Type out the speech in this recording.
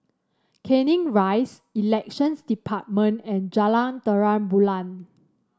Canning Rise Elections Department and Jalan Terang Bulan